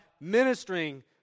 ministering